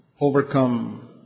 overcome